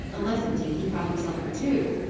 unless, indeed, he cut himself in two!